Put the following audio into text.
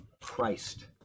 Christ